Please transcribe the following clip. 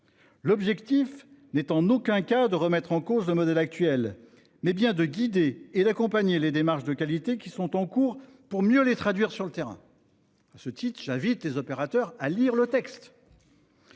objectif n'est en aucun cas de remettre en cause le modèle actuel, mais bien de guider et d'accompagner les démarches de qualité en cours afin de mieux les traduire sur le terrain. À cet égard, j'invite les opérateurs à lire le texte.